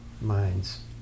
minds